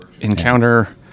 encounter